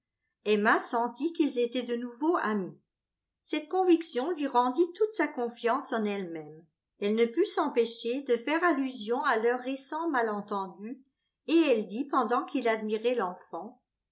emma sentit qu'ils étaient de nouveau amis cette conviction lui rendit toute sa confiance en elle-même elle ne put s'empêcher de faire allusion à leur récent malentendu et elle dit pendant qu'il admirait l'enfant